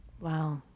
Wow